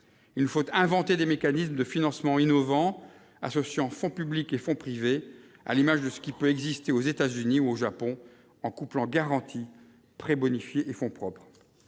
Il nous faut inventer des mécanismes de financement innovants, associant fonds publics et fonds privés, à l'instar de ce qui peut exister aux États-Unis ou au Japon, en couplant garanties, prêts bonifiés et fonds propres.